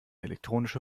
elektronische